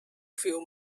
few